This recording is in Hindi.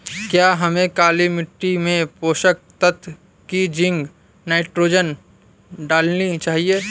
क्या हमें काली मिट्टी में पोषक तत्व की जिंक नाइट्रोजन डालनी चाहिए?